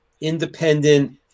independent